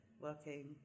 working